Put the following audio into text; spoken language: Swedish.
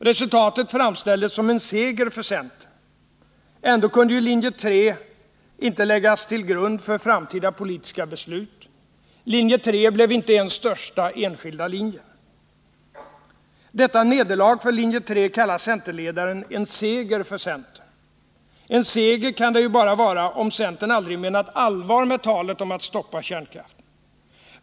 Resultatet framställdes som en seger för centern. Ändå kunde ju inte linje 3 läggas till grund för framtida politiska beslut. Linje 3 blev inte ens den största enskilda linjen. Detta nederlag för linje 3 kallar centerledaren en seger för centern. En seger kan det ju bara vara om centern aldrig menat allvar med talet om att stoppa kärnkraften.